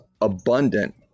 abundant